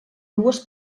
dues